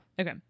okay